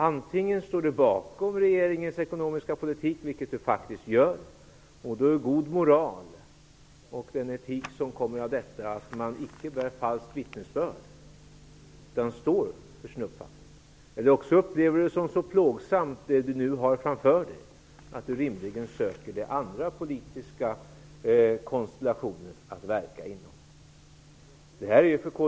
Antingen står Stefan Attefall bakom regeringens ekonomiska politik -- och det gör han faktiskt -- och då är det god etik och moral att icke bära falskt vittnesbörd utan att stå för sin uppfattning. Eller så upplever Stefan Attefall det som han har framför sig som så plågsamt att han rimligen bör söka andra politiska konstellationer att verka inom.